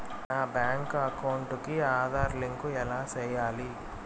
నా bank account కి Aadhaar link ఎలా సేయాలి